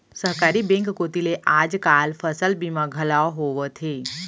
सहकारी बेंक कोती ले आज काल फसल बीमा घलौ होवथे